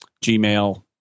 Gmail